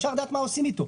אפשר לדעת מה עושים איתו.